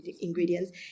ingredients